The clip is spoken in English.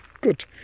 good